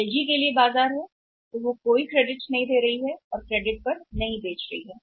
LG के लिए एक बाजार है इसलिए वे कोई क्रेडिट नहीं दे रहे हैं जो वे क्रेडिट पर नहीं बेच रहे हैं